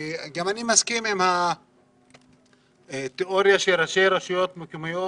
גם אני מסכים עם התיאוריה שראשי הרשויות המקומיות